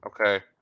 Okay